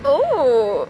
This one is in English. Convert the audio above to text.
oh